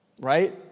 right